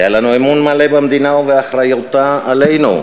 כי היה לנו אמון מלא במדינה ובאחריותה לנו,